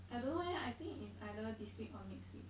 I don't know eh I think is either this week or next week